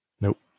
Nope